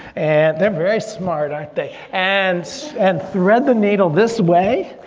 they're very smart aren't they? and and thread the needle this way.